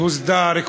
שהוסדר,